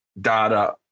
data